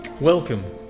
Welcome